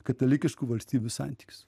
katalikiškų valstybių santykius